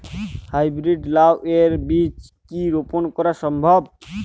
High breed লাও এর বীজ কি রোপন করা সম্ভব?